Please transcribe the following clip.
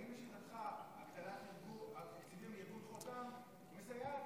האם לשיטתך הגדלת תקציבים לארגון חותם מסייעת